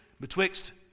betwixt